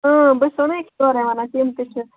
بہٕ یورَے وَنان تِم تہِ چھِ